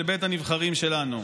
של בית הנבחרים שלנו.